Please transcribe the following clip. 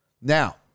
Now